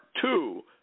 two